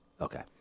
Okay